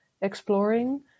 exploring